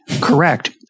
Correct